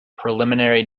preliminary